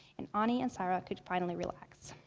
and um anie and sayra could finally relax.